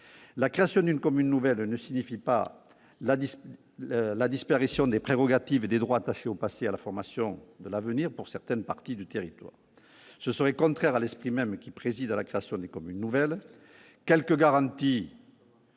La création d'une commune nouvelle ne signifie pas la disparition des prérogatives et des droits attachés au passé et à la formation de l'avenir, pour certaines parties de territoire. Ce serait contraire à l'esprit même qui préside à la création des communes nouvelles